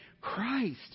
Christ